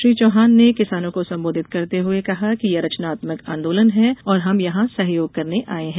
श्री चौहान ने किसानों को संबोधित करते हुए कहा कि यह रचनात्मक आंदोलन है और हम यहां सहयोग करने आये हैं